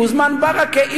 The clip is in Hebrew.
הוזמן ברכה,